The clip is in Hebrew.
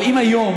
אבל אם היום,